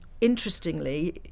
interestingly